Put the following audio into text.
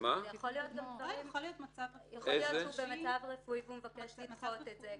יכול להיות שהוא במצב רפואי כלשהו והוא מבקש לדחות את זה.